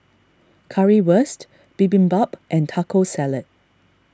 Currywurst Bibimbap and Taco Salad